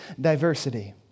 diversity